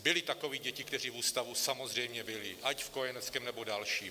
Byly takové děti, které v ústavu samozřejmě byly, ať v kojeneckém, nebo dalším.